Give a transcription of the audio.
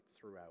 throughout